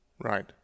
Right